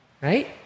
right